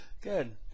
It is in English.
Good